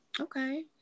okay